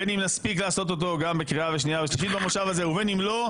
בין אם נספיק לעשות אותו גם בקריאה שנייה ושלישית במושב הזה ובין אם לא,